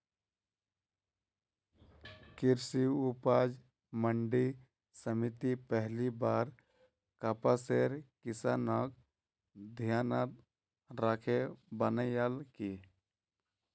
कृषि उपज मंडी समिति पहली बार कपासेर किसानक ध्यानत राखे बनैयाल की